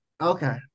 Okay